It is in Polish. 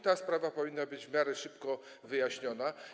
Ta sprawa powinna być w miarę szybko wyjaśniona.